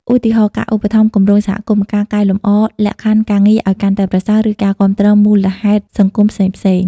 ឧទាហរណ៍ ការឧបត្ថម្ភគម្រោងសហគមន៍ ការកែលម្អលក្ខខណ្ឌការងារឱ្យកាន់តែប្រសើរ ឬការគាំទ្រមូលហេតុសង្គមផ្សេងៗ ។